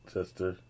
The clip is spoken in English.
Sister